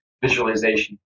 visualization